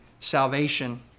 Salvation